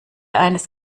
eines